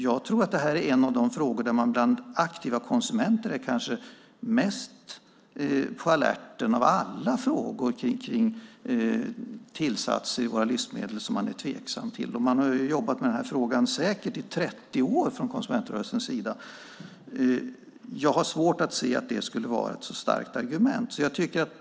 Jag tror att detta är en av de frågor av alla frågor om tillsatser i våra livsmedel där man bland aktiva konsumenter är kanske mest på alerten och tveksam till. Man har från konsumentrörelsens sida säkert jobbat med denna fråga i 30 år. Jag har svårt att se att det skulle vara ett så starkt argument.